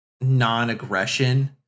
non-aggression